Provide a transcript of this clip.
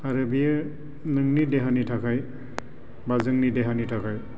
आरो बियो नोंनि देहानि थाखाय बा जोंनि देहानि थाखाय